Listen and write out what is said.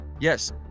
yes